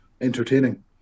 entertaining